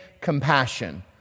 compassion